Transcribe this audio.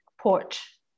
porch